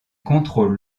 contrôle